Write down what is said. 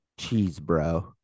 Cheesebro